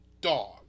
dog